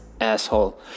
asshole